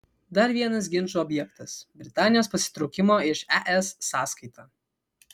dar vienas ginčų objektas britanijos pasitraukimo iš es sąskaita